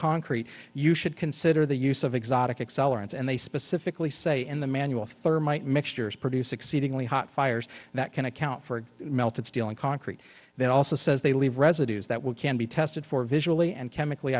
concrete you should consider the use of exotic accelerants and they specifically say in the manual thermite mixtures produce exceedingly hot fires that can account for melted steel and concrete that also says they leave residues that will can be tested for visually and chemically